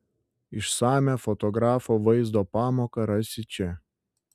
išsamią fotografo vaizdo pamoką rasi čia